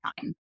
time